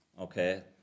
okay